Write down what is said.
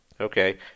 Okay